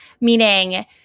meaning